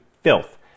filth